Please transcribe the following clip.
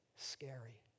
Scary